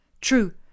True